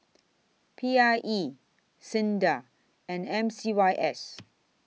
P I E SINDA and M C Y S